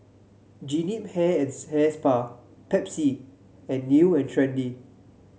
Jean Yip Hair and Hair Spa Pepsi and New And Trendy